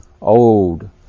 old